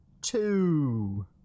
two